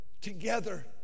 together